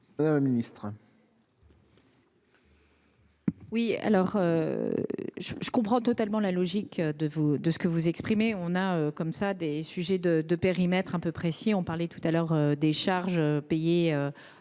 Madame la ministre,